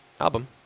album